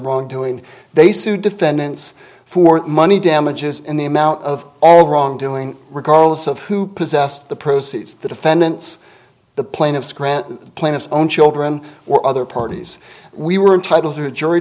wrongdoing they sue defendants for money damages and the amount of all wrongdoing regardless of who possessed the proceeds the defendants the plaintiffs grant plaintiffs own children or other parties we were entitled to a jury